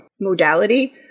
modality